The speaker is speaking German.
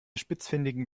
spitzfindigen